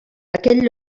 aquell